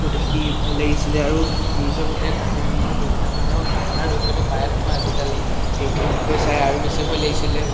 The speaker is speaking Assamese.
বহুত দেখি ভয় লাগিছিলে আৰু নিউজে পাতিয়ে কাৰ্বিআংলঙৰ বিভিন্ন ধৰণৰ ঘটনাৰ বিষয়টো পায়ে থাকোঁ আজিকালি সেইবোৰ বিষয়ে চাই আৰু বেছি ভয় লাগিছিলে